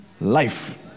life